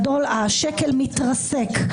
השקל מתרסק.